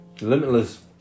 limitless